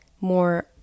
more